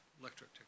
electric